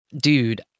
dude